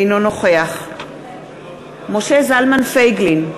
אינו נוכח משה זלמן פייגלין,